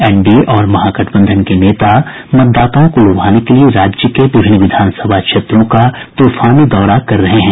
NDA और महागठबंधन के नेता मतदाताओं को लुभाने के लिए राज्य के विभिन्न विधानसभा क्षेत्रों का तूफानी दौरा कर रहे हैं